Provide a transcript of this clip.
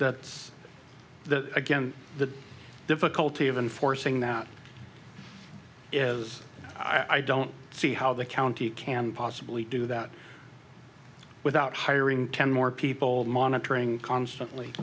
the again the difficulty of enforcing that is i don't see how the county can possibly do that without hiring ten more people monitoring constantly